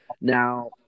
Now